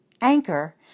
Anchor